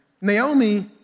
Naomi